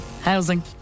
Housing